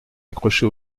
accroché